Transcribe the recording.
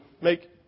make